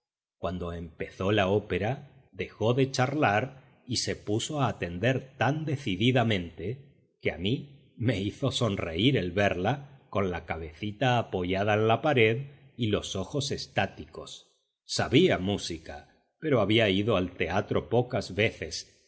cuando empezó la ópera dejó de charlar y se puso a atender tan decididamente que a mí me hizo sonreír el verla con la cabecita apoyada en la pared y los ojos estáticos sabía música pero había ido al teatro pocas veces